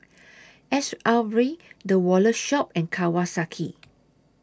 S R V The Wallet Shop and Kawasaki